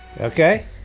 Okay